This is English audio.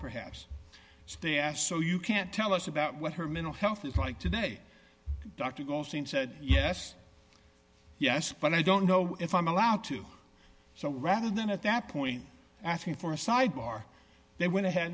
perhaps staff so you can't tell us about what her mental health is like today dr goldstein said yes yes but i don't know if i'm allowed to so rather than at that point asking for a side bar they went ahead